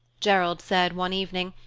gerald said one evening,